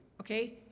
Okay